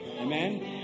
amen